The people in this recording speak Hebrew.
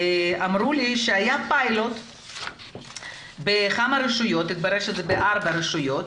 ואמרו לי שהיה פיילוט בכמה רשויות התברר שזה בארבע רשויות